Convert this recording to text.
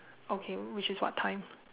okay which is what time